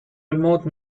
remote